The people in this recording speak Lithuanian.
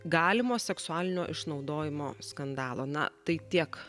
galimo seksualinio išnaudojimo skandalo na tai tiek